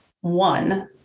one